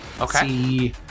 Okay